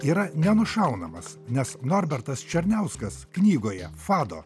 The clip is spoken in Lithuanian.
yra nenušaunamas nes norbertas černiauskas knygoje fado